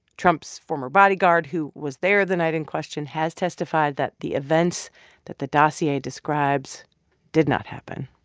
trump's former bodyguard, who was there the night in question, has testified that the events that the dossier describes did not happen.